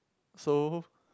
so